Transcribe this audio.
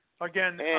Again